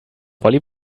vom